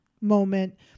moment